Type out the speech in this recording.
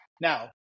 Now